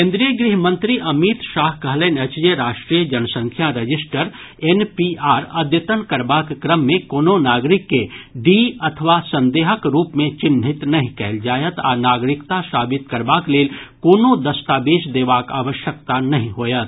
केन्द्रीय गृह मंत्री अमित शाह कहलनि अछि जे राष्ट्रीय जनसंख्या रजिस्टर एन पी आर अद्यतन करबाक क्रम मे कोनो नागरिक के डी अथवा संदेहक रूप मे चिन्हित नहिं कयल जायत आ नागरिकता साबित करबाक लेल कोनो दस्तावेज देबाक आवश्यकता नहिं होयत